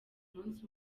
umunsi